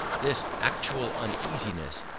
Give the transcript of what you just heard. this actual uneasiness,